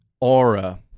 aura